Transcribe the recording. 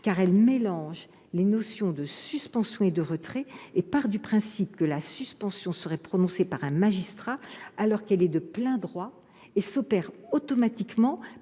car elle mélange les notions de suspension et de retrait. Les auteurs de l'amendement partent du principe que la suspension serait prononcée par un magistrat, alors qu'elle est de plein droit et s'opère automatiquement